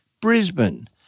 Brisbane